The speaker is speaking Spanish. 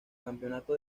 campeonato